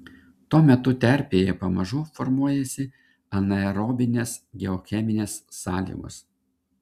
tuo metu terpėje pamažu formuojasi anaerobinės geocheminės sąlygos